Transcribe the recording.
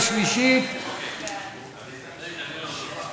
חוק הביטוח